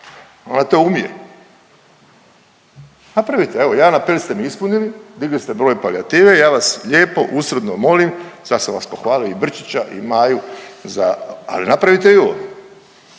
Ona to umije. Napravite, evo, jedan apel ste mi ispunili, digli ste broj palijative i ja vas lijepo usrdno molim, sad sam vas pohvalio i Brčića i Maju za, ali napravite i ovo.